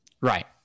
Right